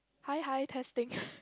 hi hi testing